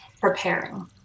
Preparing